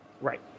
Right